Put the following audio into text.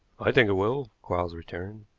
i think it will, quarles returned.